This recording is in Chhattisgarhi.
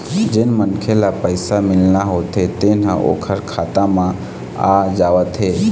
जेन मनखे ल पइसा मिलना होथे तेन ह ओखर खाता म आ जावत हे